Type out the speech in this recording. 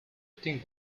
think